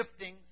giftings